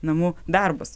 namų darbus